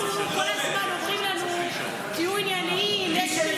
כל הזמן אומרים לנו: תהיו ענייניים, יש מלחמה.